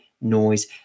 noise